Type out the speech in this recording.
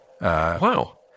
Wow